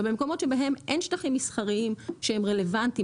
אבל במקומות שבהם אין שטחים מסחריים שהם רלוונטיים